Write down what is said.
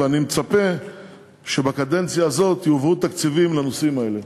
ואני מצפה שבקדנציה הזאת יובאו תקציבים לנושאים האלה.